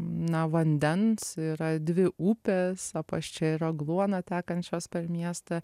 na vandens yra dvi upės apaščia ir agluona tekančios per miestą